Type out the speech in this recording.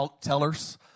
tellers